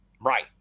Right